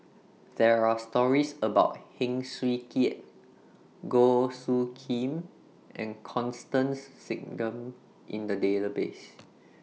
There Are stories about Heng Swee Keat Goh Soo Khim and Constance Singam in The Database